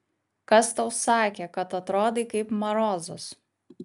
kas tau sakė kad atrodai kaip marozas